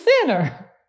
sinner